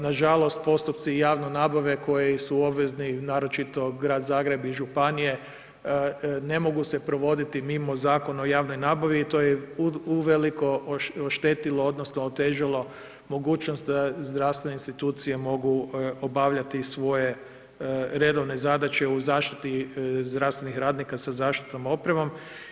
Nažalost postupci javne nabave koji su obvezni naročito Grad Zagreb i županije ne mogu se provoditi mimo Zakona o javnoj nabavi i to je uveliko oštetilo odnosno otežalo mogućnost da zdravstvene institucije mogu obavljati svoje redovne zadaće u zaštiti zdravstvenih radnika sa zaštitnom opremom.